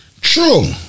True